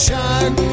shark